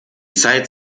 zeit